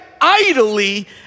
idly